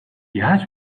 яаж